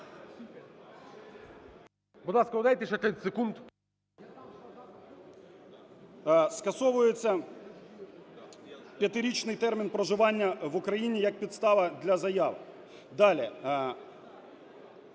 Скасовується п'ятирічний термін проживання в Україні як підстава для заяв. Далі.